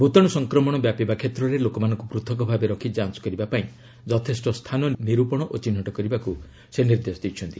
ଭୂତାଣୁ ସଂକ୍ରମଣ ବ୍ୟାପିବା କ୍ଷେତ୍ରରେ ଲୋକମାନଙ୍କୁ ପୃଥକ ଭାବେ ରଖି ଯାଞ୍ଚ କରିବା ପାଇଁ ଯଥଷ୍ଟ ସ୍ଥାନ ନିରୁପରଣ ଓ ଚିହ୍ନଟ କରିବାକୁ ସେ ନିର୍ଦ୍ଦେଶ ଦେଇଛନ୍ତି